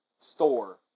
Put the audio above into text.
store